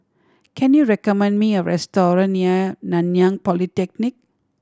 can you recommend me a restaurant near Nanyang Polytechnic